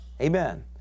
Amen